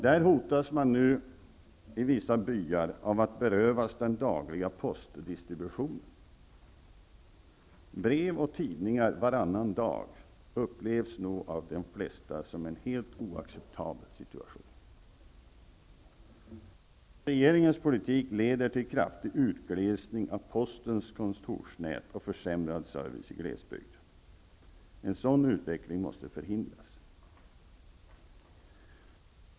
Där hotas man nu i vissa byar av att berövas den dagliga postdistributionen. Brev och tidningar varannan dag upplevs nog av de flesta som en helt oacceptabel situation. Regeringens politik leder till kraftig utglesning av postens kontorsnät och försämrad service i glesbygd. En sådan utveckling måste förhindras.